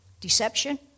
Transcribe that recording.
deception